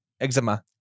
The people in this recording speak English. Eczema